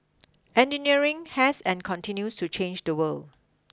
engineering has and continues to change the world